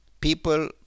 people